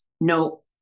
no